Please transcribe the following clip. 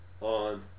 on